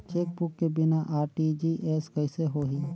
Chequebook के बिना RTGS कइसे होही?